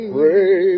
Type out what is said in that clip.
pray